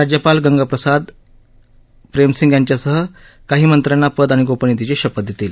राज्यपाल गंगा प्रसाद प्रेम सिंग यांच्यासह काही मंत्र्यांना पद आणि गोपनियतेची शपथ देतील